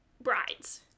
brides